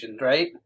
right